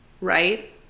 right